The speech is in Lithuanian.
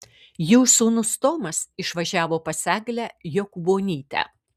jų sūnus tomas išvažiavo pas eglę jokūbonytę